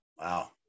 Wow